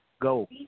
Go